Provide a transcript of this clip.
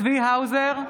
צבי האוזר,